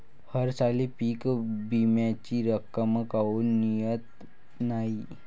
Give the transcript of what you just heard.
हरसाली पीक विम्याची रक्कम काऊन मियत नाई?